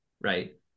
right